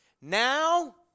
Now